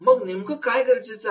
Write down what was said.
मग नेमकं काय गरजेच आहे